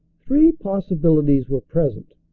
three possibilities were present.